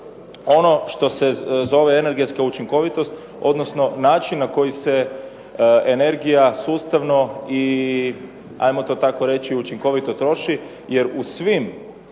ono što se zove energetska učinkovitost, odnosno način na koji se energija sustavno i ajmo to tako reći učinkovito troši, jer u svim